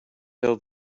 tell